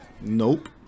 nope